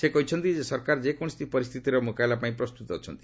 ସେ କହିଛନ୍ତି ଯେ ସରକାର ଯେକୌଣସି ପରିସ୍ଥିତିର ମ୍ରକାବିଲା ପାଇଁ ପ୍ରସ୍ତ୍ରତ ଅଛନ୍ତି